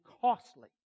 costly